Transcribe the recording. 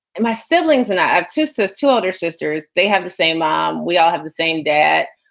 and my siblings and i have two sisters, two older sisters. they have the same mom. we all have the same debt.